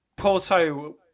Porto